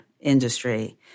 industry